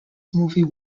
movie